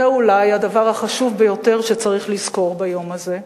זה אולי הדבר החשוב ביותר שצריך לזכור ביום הזה.